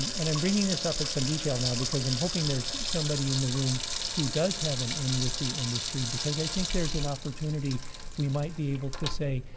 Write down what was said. and i'm bringing this up in some detail now, because i'm hoping there's somebody in the room who does have an in with the industry. because i think there's an opportunity we might be able to say,